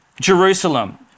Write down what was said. Jerusalem